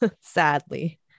sadly